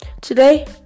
Today